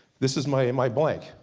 this is my and my blank.